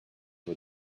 for